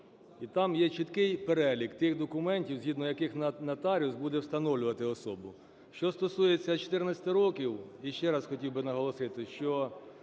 І там є чіткий перелік тих документів, згідно яких нотаріус буде встановлювати особу. Що стосується 14 років, ще раз хотів би наголосити, що